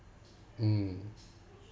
mm